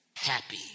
Happy